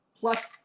plus